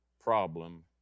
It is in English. problem